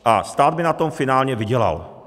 A stát by na tom finálně vydělal.